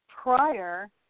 prior